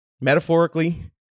Metaphorically